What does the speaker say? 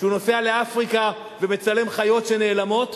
שהוא נוסע לאפריקה ומצלם חיות שנעלמות,